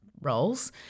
roles